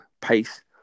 pace